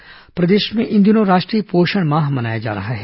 पोषण माह प्रदेश में इन दिनों राष्ट्रीय पोषण माह मनाया जा रहा है